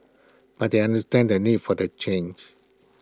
but they understand the need for the change